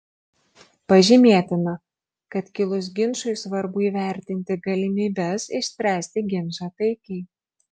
pažymėtina kad kilus ginčui svarbu įvertinti galimybes išspręsti ginčą taikiai